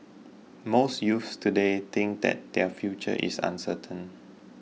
most youths today think that their future is uncertain